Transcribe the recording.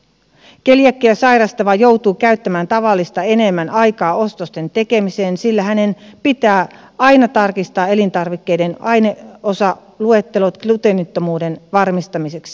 keliakiaa sairastava joutuu käyttämään tavallista enemmän aikaa ostosten tekemiseen sillä hänen pitää aina tarkistaa elintarvikkeiden ainesosaluettelot gluteenittomuuden varmistamiseksi